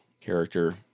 character